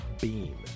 Beam